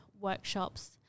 workshops